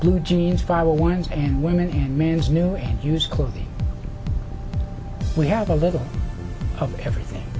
blue jeans fall ones and women and man's new and used clothing we have a little of everything